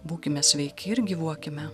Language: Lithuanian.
būkime sveiki ir gyvuokime